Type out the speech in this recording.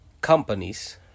companies